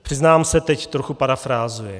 Přiznám se, teď trochu parafrázuji.